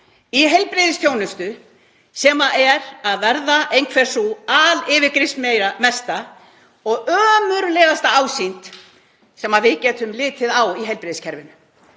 í heilbrigðisþjónustu? Það er að verða einhver sú yfirgripsmesta og ömurlegasta ásýnd sem við getum litið á í heilbrigðiskerfinu.